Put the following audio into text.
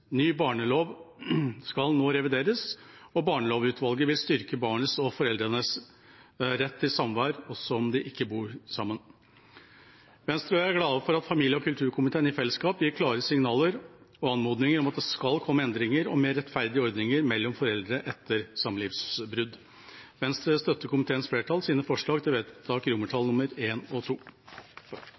Ny barnelov skal nå revideres, og barnelovutvalget vil styrke barnets og foreldrenes rett til samvær også om de ikke bor sammen. Venstre og jeg er glad for at familie- og kulturkomiteen i fellesskap gir klare signaler og anmodninger om at det skal komme endringer og mer rettferdige ordninger for foreldre etter samlivsbrudd. Venstre støtter komiteens flertalls forslag til vedtakene I og II. Det skal ikke være sånn at en